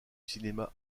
cinéma